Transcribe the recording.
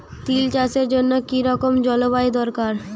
তিল চাষের জন্য কি রকম জলবায়ু দরকার?